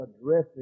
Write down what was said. addressing